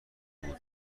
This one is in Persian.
بود